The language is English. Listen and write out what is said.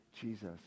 Jesus